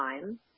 time